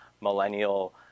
millennial